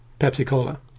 Pepsi-Cola